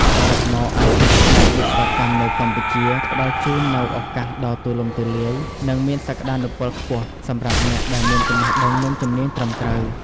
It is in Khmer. សរុបមក អាជីពផ្នែកវិស្វកម្មនៅកម្ពុជា ផ្តល់ជូននូវ ឱកាសដ៏ទូលំទូលាយ និងមានសក្ដានុពលខ្ពស់ សម្រាប់អ្នកដែលមានចំណេះដឹង និងជំនាញត្រឹមត្រូវ។